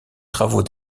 travaux